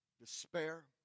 despair